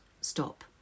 stop